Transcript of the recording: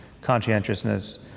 conscientiousness